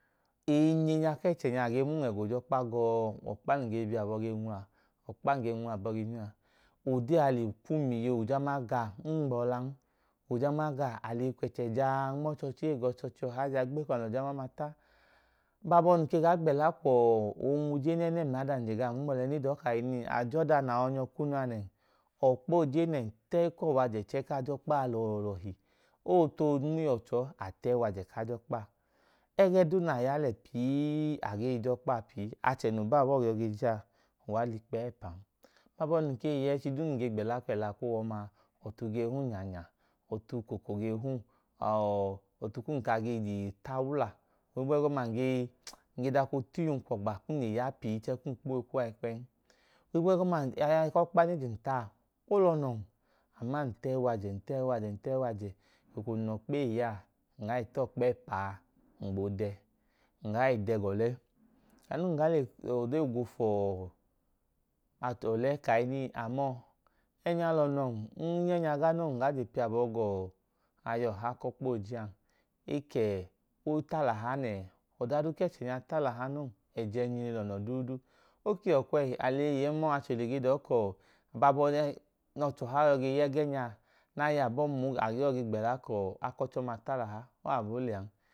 Eyinyeenya ku ẹchẹ nya a gee ma um ẹga o je ọkpa gọọ. Ọkpa num ge bi abọ ge nwla a, ọkpa num ge bi abọ ge nwla a. Odee a le kwum iye, ojama ga ng gbiyọlan. Ojama ga, a lẹ eyi kwẹchẹ jaa nma ọchọọchi ee ga ọchọọchi ọha, jaa gbeko nẹ a lẹ ojama ọma ta. Ng gaa gbẹla kwu oonwu nẹ ẹnẹm mla adam je gam nma ọlẹ ka a je ọda nẹ a yọ i nyọ kunu a nẹn. Ọkpa ooje nẹ, ta ẹyi kuwọ wajẹ kaa je ọkpa a lọọlọhi. O wẹ o too nmo iyuwọ che ọọ, a tẹyi wajẹ kaa je ọkpa a. Ẹgẹ duu nẹ a ya lẹ pii, a gee je ọkpa a pii. Achẹ noo ba abọọ yọ ge je a, uwa lẹ ikpẹyi ẹpan. Ng kwu heyi ẹchi duu num ge gbẹla kwu ẹla kuwa ọma a, ọtu ge wu um. Ọtu koko ge hẹ um. A ọọ, ọtu kum ka age je ta wla. Ohigbu ẹgọma, ng ge daka oota iyum kwọgba kum le ya pii chẹẹ kum kpo uweyi kwu uwa ikpẹyin. Ohigbu ẹgọma, aya ku ọkpa nẹ e je um ta a, o lọnọn, ama ng ta ẹyi wajẹ, ng ta ẹyi wajẹ, ng ta ẹyi wajẹ, eko num lẹ ọkpa ee ya a, ng gaa i ta ọkpa ẹpa a, ng gboo dẹ. Ng gaa i dẹ ga ọlẹ. Ng gaa lẹ ode gwo fu ọlẹ ka mọọ, ẹẹnya lọnọn, ng gaa je piya abọ ga aya ọha ku ọkpa ooje a. E ka ẹẹ, o talaha nẹẹ, ọda duu ku ọkpa ooje nya i talaha noo. Ẹjẹẹnjinu lọnọ duudu. O ke wẹ ọkwẹyi, a lẹ eyi yẹ ọọ, mọọ, achẹ ohile ge dọọ ka ọdanka ọchẹ ọha yọ ge ya akunu abọ a yọ abọọn ma, a gee dọọ ka ẹku ọchọma talaha. O wẹ abọ o lẹ an.